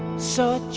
so